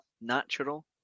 natural